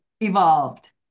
evolved